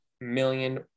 million